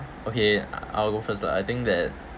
okay I will go first lah I think that